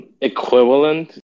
equivalent